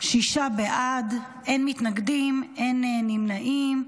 שישה בעד, אין מתנגדים, אין נמנעים.